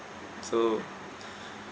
so